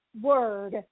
word